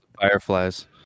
fireflies